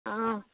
অঁ